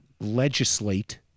legislate